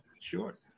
sure